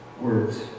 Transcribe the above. words